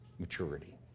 maturity